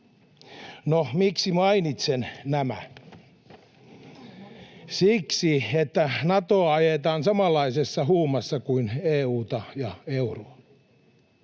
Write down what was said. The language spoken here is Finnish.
No, miksi mainitsen nämä? Siksi, että Natoa ajetaan samanlaisessa huumassa kuin EU:ta ja euroa.